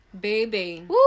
baby